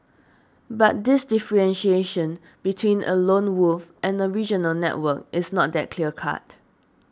but this differentiation between a lone wolf and a regional network is not that clear cut